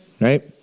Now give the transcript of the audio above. Right